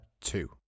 two